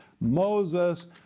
Moses